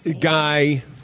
guy